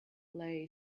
lay